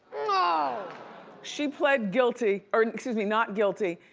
ah she pled guilty, or excuse me, not guilty,